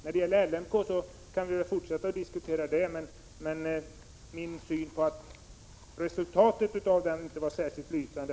Visst kan vi fortsätta att diskutera LMK — men jag står för min syn att resultatet av den utredningen inte var särskilt lysande!